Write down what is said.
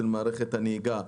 של מערכת הנהיגה,